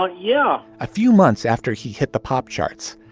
ah yeah a few months after he hit the pop charts,